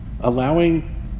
allowing